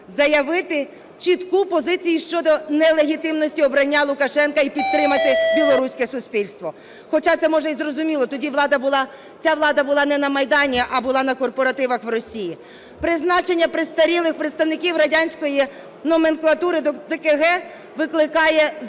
заявити чітку позицію щодо нелегітимності обрання Лукашенка і підтримати білоруське суспільство. Хоча це, може, й зрозуміло, тоді ця влада була не на Майдані, а була на корпоративах в Росії. Призначення престарілих представників радянської номенклатури до ТКГ викликає здивування.